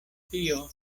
tio